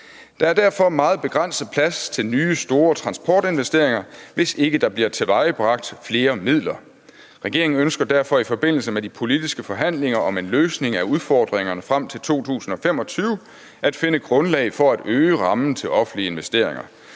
Der er derfor meget begrænset plads til nye store transportinvesteringer, hvis der ikke bliver tilvejebragt flere midler. Regeringen ønsker derfor i forbindelse med de politiske forhandlinger om en løsning af udfordringerne frem til 2025 at finde grundlag for at øge rammen til offentlige investeringer.